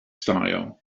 style